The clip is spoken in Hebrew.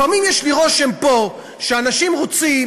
לפעמים יש לי רושם פה שאנשים רוצים,